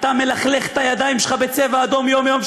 אתה מלכלך את הידיים שלך בצבע אדום יום-יום,